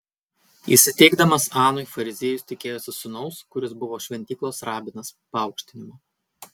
įsiteikdamas anui fariziejus tikėjosi sūnaus kuris buvo šventyklos rabinas paaukštinimo